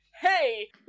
hey